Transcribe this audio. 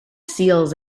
seals